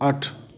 ਅੱਠ